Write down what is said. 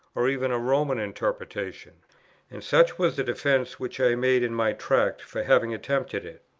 or even a roman interpretation and such was the defence which i made in my tract for having attempted it.